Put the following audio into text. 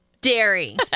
dairy